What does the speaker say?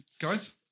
guys